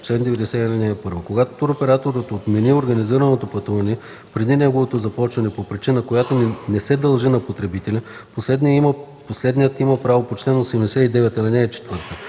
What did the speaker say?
90. (1) Когато туроператорът отмени организираното пътуване преди неговото започване по причина, която не се дължи на потребителя, последният има правата по чл. 89,